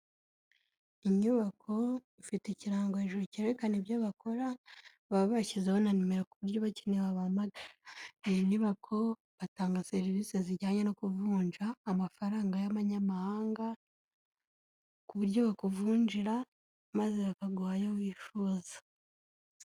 Inyubako ifite ikirango hejuru cyerekana ibyo bakora. Baba bashyizeho na nomero ku buryo ubakeneye wabahamagara iyo nyubako batanga serivisi zijyanye no kuvunja amafaranga y'abanyamahanga ku buryo bakuvunjira maze bakaguha ayo wifuza.